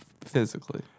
physically